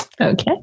Okay